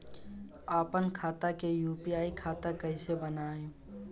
आपन खाता के यू.पी.आई खाता कईसे बनाएम?